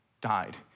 died